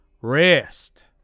rest